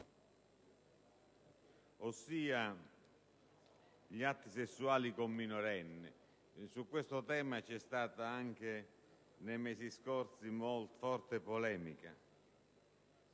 ossia gli atti sessuali con minorenni. Su questo tema c'è stata anche, nei mesi scorsi, forte polemica.